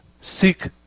Seek